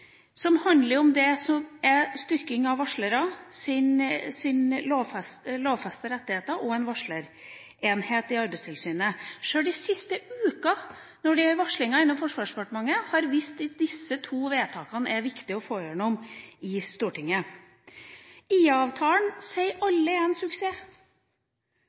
som handler om styrking av varsleres lovfestede rettigheter og en varslerenhet i Arbeidstilsynet. Selv de siste ukene – med tanke på varslinger innen Forsvarsdepartementet – har vist at disse to vedtakene er viktige å få gjennom i Stortinget. IA-avtalen sier alle at er en suksess.